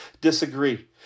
disagree